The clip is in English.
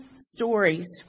stories